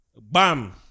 Bam